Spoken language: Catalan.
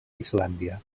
islàndia